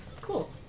Cool